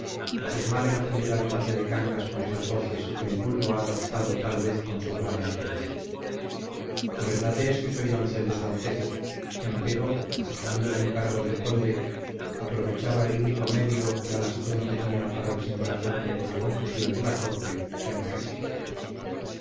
haces mal en ofender al conde de cangas con esas voces que el vulgo ha adoptado tal vez con sobrada ligereza verdad es que soy doncel de su alteza empero aceptando el encargo del conde aprovechaba el único medio que a la sazón tenía para desembarazarme de la confusión de la corte que aborrezco